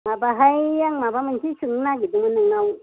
माबाहाय आं माबा मोनसे सोंनो नागिरदोंमोन नोंनाव